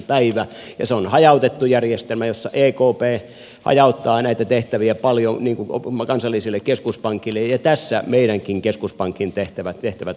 päivänä ja se on hajautettu järjestelmä jossa ekp hajauttaa näitä tehtäviä paljon kansallisille keskuspankeille ja tässä meidänkin keskuspankin tehtävät lisääntyvät